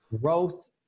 growth